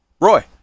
Roy